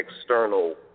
external